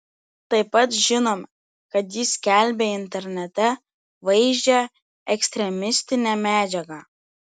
taip pat žinome kad jis skelbė internete vaizdžią ekstremistinę medžiagą